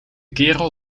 kerel